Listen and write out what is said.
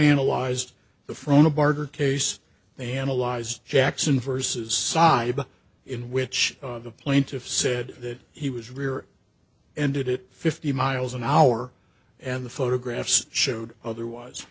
analyzed the frona barter case they analyzed jackson versus side in which the plaintiff said that he was rear ended it fifty miles an hour and the photographs showed otherwise